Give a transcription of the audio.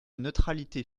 neutralité